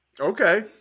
okay